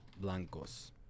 blancos